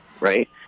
right